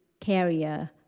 carrier